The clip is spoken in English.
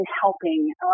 helping